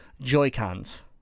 Joy-Cons